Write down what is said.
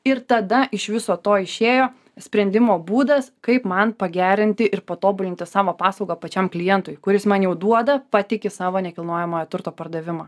ir tada iš viso to išėjo sprendimo būdas kaip man pagerinti ir patobulinti savo paslaugą pačiam klientui kuris man jau duoda patiki savo nekilnojamojo turto pardavimą